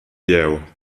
jeu